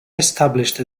established